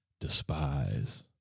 despise